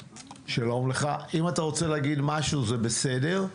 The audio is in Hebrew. שלום לך, אם אתה רוצה להגיד משהו, זה בסדר.